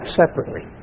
separately